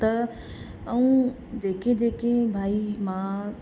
त ऐं जेकी जेकी भई मां